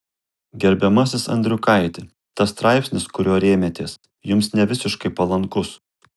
gerbiamasis andriukaiti tas straipsnis kuriuo rėmėtės jums nevisiškai palankus